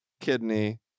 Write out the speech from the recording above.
kidney